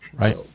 Right